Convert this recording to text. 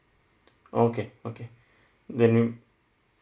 okay okay then